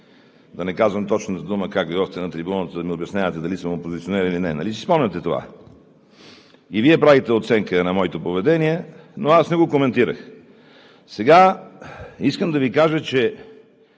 да не казвам точната дума как дойдохте на трибуната да ми обяснявате дали съм опозиционер или не, нали си спомняте това? И Вие правихте оценка на моето поведение, но аз не го коментирах. Сега искам да Ви кажа, че